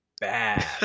bad